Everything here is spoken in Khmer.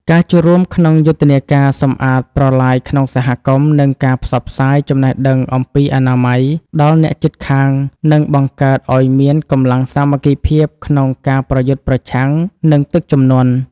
ការចូលរួមក្នុងយុទ្ធនាការសម្អាតប្រឡាយក្នុងសហគមន៍ និងការផ្សព្វផ្សាយចំណេះដឹងអំពីអនាម័យដល់អ្នកជិតខាង នឹងបង្កើតឱ្យមានកម្លាំងសាមគ្គីភាពក្នុងការប្រយុទ្ធប្រឆាំងនឹងទឹកជំនន់។